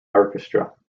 orchestra